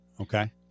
Okay